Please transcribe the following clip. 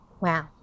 Wow